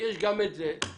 יש גם את זה.